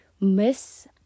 miss